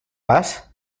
pas